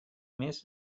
mes